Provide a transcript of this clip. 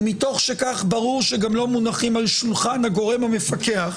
ומתוך שכך ברור שגם לא מונחים על שולחן הגורם המפקח,